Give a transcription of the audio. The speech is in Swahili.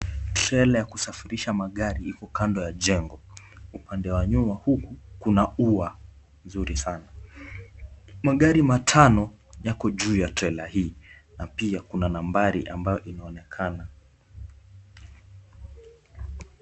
Trela ya kusafirisha magari iko kando ya jengo. Upande wa nyuma huku, kuna ua nzuri sana. Magari matano yako juu ya trela hii na pia kuna nambari ambayo inaonekana.